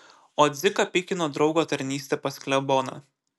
o dziką pykino draugo tarnystė pas kleboną